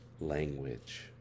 language